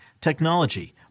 technology